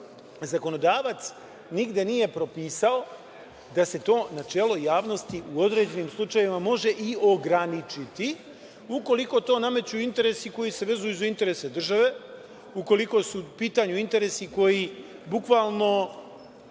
zakonodavac nigde nije propisao da se to načelo javnosti u određenim slučajevima može i ograničiti ukoliko to nameću interesi koji se vezuju za interese države, ukoliko su u pitanju interesi koji bukvalno